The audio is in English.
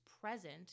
present